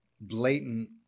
blatant